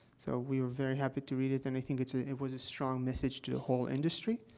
so we are very happy to read it, and i think it's a it was a strong message to the whole industry.